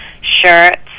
shirts